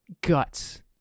guts